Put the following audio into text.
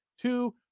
two